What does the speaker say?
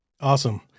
Awesome